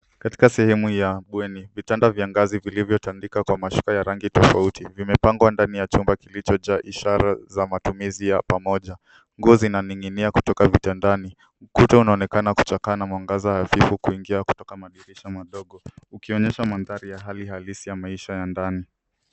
Katika sehemu ya bweni, vitanda vya ngazi vilivyotandikwa kwa mashuka ya rangi tofauti vimepangwa ndani ya chumba kilicho jaa ishara za matumizi ya pamoja. Nguo zinaning'inia kutoka vitandani, ukuta unaonekana kuchakaa na mwangaza hafifu kuingia kutoka madirisha madogo ukionyesha mandhari ya halisi ya maisha ya ndani.